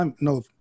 No